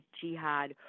jihad